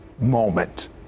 moment